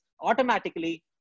automatically